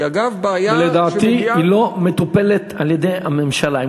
לדעתי, היא לא מטופלת על-ידי הממשלה.